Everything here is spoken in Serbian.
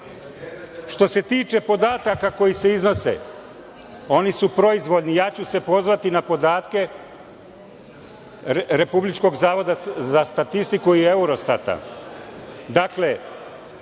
ne. Što se tiče podataka koji se iznose, oni su proizvoljni, ja ću se pozvati na podatke Republičkog zavoda za statistiku i Eurostata.